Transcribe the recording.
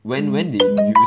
when when did you